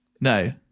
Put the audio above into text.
No